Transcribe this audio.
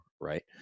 Right